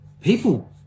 people